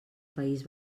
país